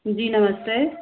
जी नमस्ते